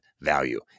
value